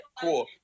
Cool